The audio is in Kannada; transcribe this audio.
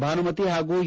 ಭಾನುಮತಿ ಹಾಗೂ ಎ